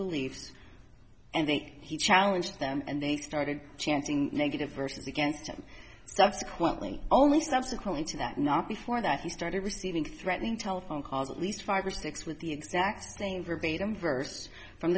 beliefs and think he challenge them and they started chanting negative verses against him subsequently only subsequent to that not before that he started receiving threatening telephone calls at least five or six with the exact same verbatim verse from